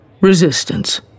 resistance